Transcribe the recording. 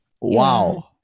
Wow